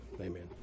Amen